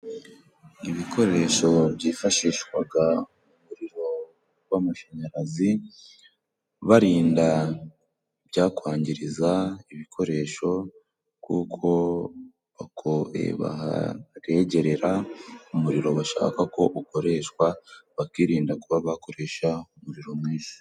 Ibikoresho byifashishwaga umuriro w'amashanyarazi barinda ibyakwangiriza ibikoresho kuko bako baregerera umuriro bashaka ko ukoreshwa bakirinda kuba bakoresha umuriro mwinshi.